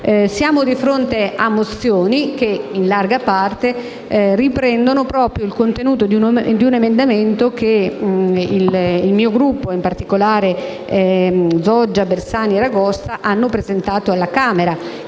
Siamo di fronte a mozioni che in larga parte riprendono proprio il contenuto di un emendamento che il mio Gruppo, e in particolare i colleghi Zoggia, Bersani e Ragosta hanno presentato alla Camera,